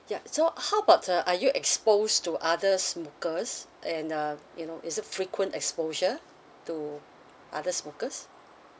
ya so how about uh are you expose to other smokers and uh you know is it frequent exposure to other smokers